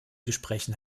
gesprächen